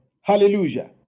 Hallelujah